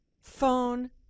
phone